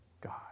God